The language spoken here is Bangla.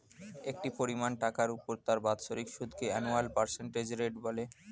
একটি পরিমাণ টাকার উপর তার বাৎসরিক সুদকে অ্যানুয়াল পার্সেন্টেজ রেট বলে